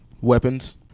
weapons